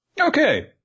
Okay